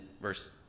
verse